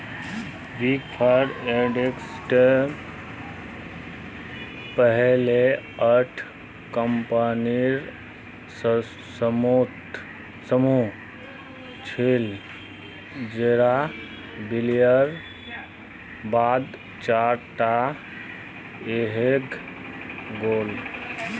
big four auditors पहले आठ कम्पनीर समूह छिल जेरा विलयर बाद चार टा रहेंग गेल